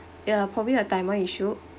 ya probably a timer issue